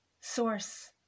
source